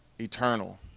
eternal